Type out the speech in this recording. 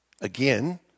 Again